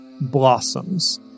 blossoms